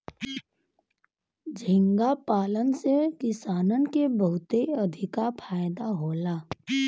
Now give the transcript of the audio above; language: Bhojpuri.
झींगा पालन से किसानन के बहुते अधिका फायदा होला